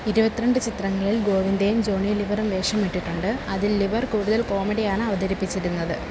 ഇരുപത്തിരണ്ട് ചിത്രങ്ങളിൽ ഗോവിന്ദയും ജോണി ലിവറും വേഷമിട്ടിട്ടുണ്ട് അതിൽ ലിവർ കൂടുതൽ കോമഡിയാണ് അവതരിപ്പിച്ചിരുന്നത്